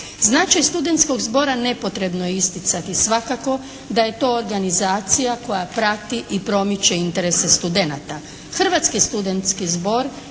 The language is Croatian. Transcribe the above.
Značaj studentskog zbora nepotrebno je isticati svakako da je to organizacija koja prati i promiče interese studenata.